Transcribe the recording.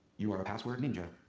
you are a password ninja.